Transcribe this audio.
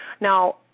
now